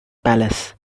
palace